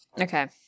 Okay